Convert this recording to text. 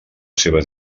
seva